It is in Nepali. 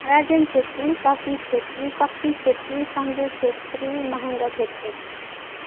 राजेन क्षेत्री शशी क्षेत्री शक्ति क्षेत्री सञ्जु क्षेत्री महेन्द्र क्षेत्री